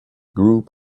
group